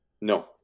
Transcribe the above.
No